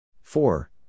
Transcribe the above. Four